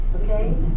Okay